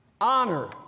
honor